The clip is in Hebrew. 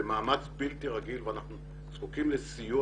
זה מאמץ בלתי רגיל ואנחנו זקוקים לסיוע